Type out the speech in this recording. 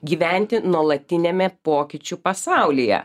gyventi nuolatiniame pokyčių pasaulyje